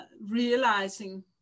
realizing